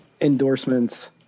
endorsements